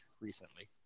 recently